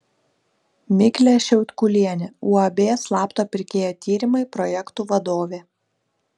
miglė šiautkulienė uab slapto pirkėjo tyrimai projektų vadovė